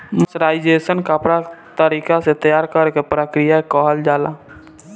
mercerisation कपड़ा तरीका से तैयार करेके प्रक्रिया के कहल जाला